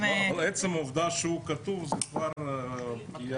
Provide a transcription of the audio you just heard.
--- עצם העובדה שהוא כתוב זה כבר פגיעה.